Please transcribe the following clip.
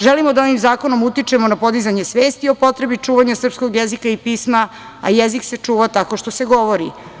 Želimo da ovim zakonom utičemo na podizanje svesti o potrebi čuvanja srpskog jezika i pisma, a jezik se čuva tako što se govori.